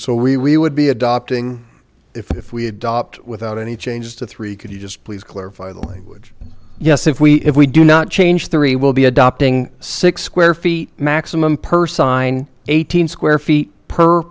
so we we would be adopting if we adopt without any changes to three could you just please clarify the language yes if we if we do not change three will be adopting six square feet maximum per side eight hundred square feet per